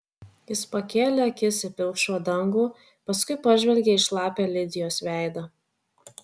jis pakėlė akis į pilkšvą dangų paskui pažvelgė į šlapią lidijos veidą